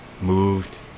moved